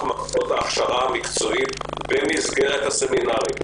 מערכות ההכשרה המקצועית במסגרת הסמינרים.